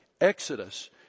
Exodus